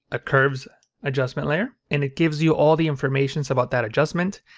a curves adjustment layer, and it gives you all the information about that adjustment.